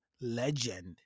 legend